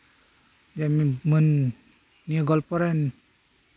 ᱡᱮᱢᱚᱱ ᱱᱤᱭᱟᱹ ᱜᱚᱞᱯᱷᱚ ᱨᱮᱱ